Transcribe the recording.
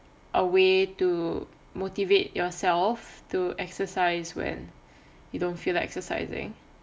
a way to motivate yourself to exercise when you don't feel like exercising